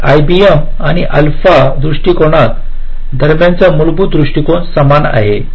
तर आयबीएम आणि अल्फा दृष्टिकोन दरम्यानचा मूलभूत दृष्टीकोन समान आहे